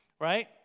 right